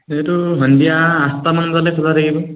এইটো সন্ধিয়া আঠটামান বজালৈকে খোলা থাকিব